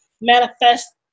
manifest